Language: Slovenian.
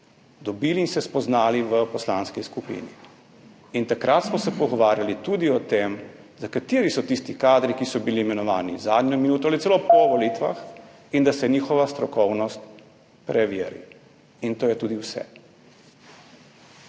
dobili in se spoznali v poslanski skupini. In takrat smo se pogovarjali tudi o tem, kateri so tisti kadri, ki so bili imenovani zadnjo minuto ali celo po volitvah in da se njihova strokovnost preveri. In to je tudi vse.